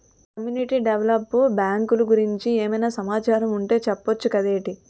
community develop బ్యాంకులు గురించి ఏమైనా సమాచారం ఉంటె చెప్పొచ్చు కదేటి